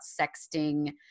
sexting